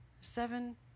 seven